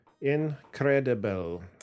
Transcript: Incredible